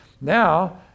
Now